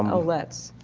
ah let's.